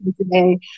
today